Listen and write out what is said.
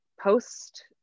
Post